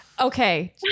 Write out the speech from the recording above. Okay